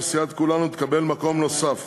וסיעת כולנו תקבל מקום נוסף.